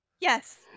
Yes